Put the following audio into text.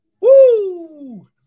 Woo